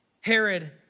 Herod